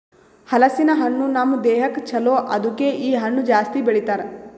ಹಲಸಿನ ಹಣ್ಣು ನಮ್ ದೇಹಕ್ ಛಲೋ ಅದುಕೆ ಇ ಹಣ್ಣು ಜಾಸ್ತಿ ಬೆಳಿತಾರ್